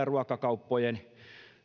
ruokakauppojen